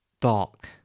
dark